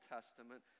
Testament